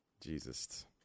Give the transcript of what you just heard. Jesus